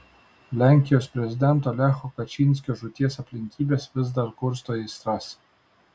lenkijos prezidento lecho kačynskio žūties aplinkybės vis dar kursto aistras